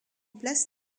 place